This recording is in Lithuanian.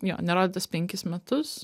jo nerodytas penkis metus